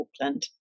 Auckland